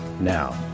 Now